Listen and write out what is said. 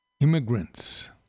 Immigrants